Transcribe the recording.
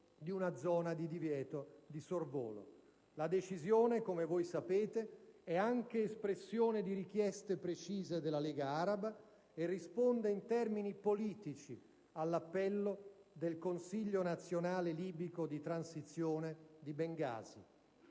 di una zona di divieto di sorvolo. La decisione, come voi sapete, è anche espressione di richieste precise della Lega araba e risponde in termini politici all'appello del Consiglio nazionale libico di transizione di Bengasi.